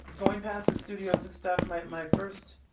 going past the studio's of stuff made my first